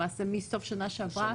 למעשה מסוף שנה שעברה,